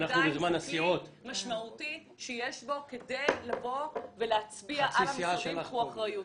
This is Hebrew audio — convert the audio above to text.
אבל עדיין זה כלי משמעותי שיש בו כדי להצביע על המשרדים שייקחו אחריות.